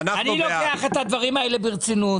אני לוקח את הדברים האלה ברצינות.